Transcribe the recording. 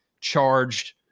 charged